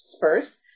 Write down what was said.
first